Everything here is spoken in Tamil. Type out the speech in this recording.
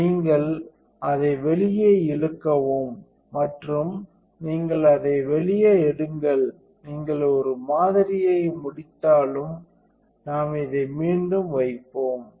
நீங்கள் அதை வெளியே இழுக்கவும் நேரம் பார்க்கவும் 2159 மற்றும் நீங்கள் அதை வெளியே எடுங்கள் நீங்கள் ஒரு மாதிரியை முடித்தாலும் நாம் இதை மீண்டும் வைப்போம்